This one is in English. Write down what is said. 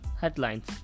Headlines